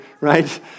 right